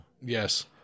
Yes